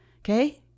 Okay